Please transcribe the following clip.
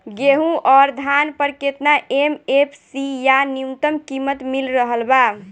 गेहूं अउर धान पर केतना एम.एफ.सी या न्यूनतम कीमत मिल रहल बा?